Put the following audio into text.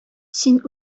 син